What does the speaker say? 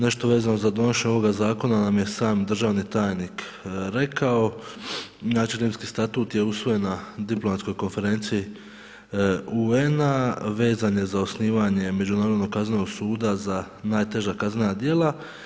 Nešto vezano za donošenje ovoga zakona nam je sam državni tajnik rekao, znači Rimski statut je usvojen na Diplomatskoj konferenciji UN-a vezan je za osnivanje Međunarodnog kaznenog suda za najteža kaznena djela.